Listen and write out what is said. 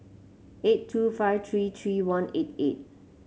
eight two five three three one eight eight